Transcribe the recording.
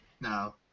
No